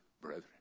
brethren